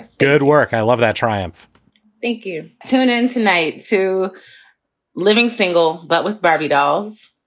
good work. i love that triumph thank you. tune in tonight to living single, but with barbie dolls,